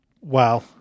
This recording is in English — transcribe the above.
wow